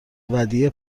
ودیعه